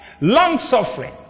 Long-suffering